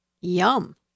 Yum